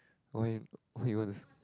why what he wants